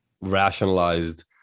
rationalized